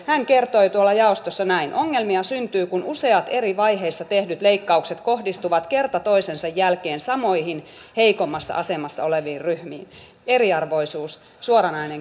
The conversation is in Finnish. hän kertoi tuolla jaostossa näin ongelmia syntyy kun useat eri vaiheissa jotta voi hoitaa opiskelun tai työnteon pitää muut asiat saada järjestykseen ensin